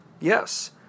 Yes